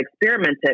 experimented